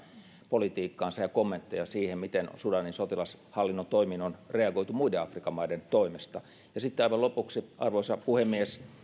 politiikkaansa ja niitä kommentteja miten sudanin sotilashallinnon toimiin on reagoitu muiden afrikan maiden toimesta ja sitten aivan lopuksi arvoisa puhemies